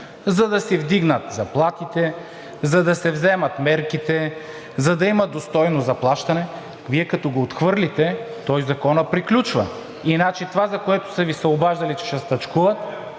за да се вдигнат заплатите, за да се вземат мерките, за да има достойно заплащане. Вие, като го отхвърлите, той, Законът, приключва и това, за което са Ви се обаждали, че ще стачкуват,